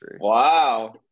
Wow